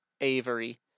Avery